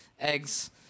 eggs